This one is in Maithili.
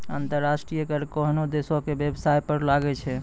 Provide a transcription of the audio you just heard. अंतर्राष्ट्रीय कर कोनोह देसो के बेबसाय पर लागै छै